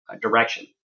direction